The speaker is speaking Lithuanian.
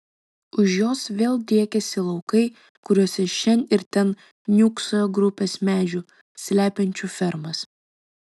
už jos vėl driekėsi laukai kuriuose šen ir ten niūksojo grupės medžių slepiančių fermas